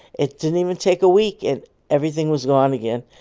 it didn't even take a week, and everything was gone again.